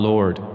Lord